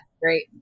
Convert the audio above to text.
Great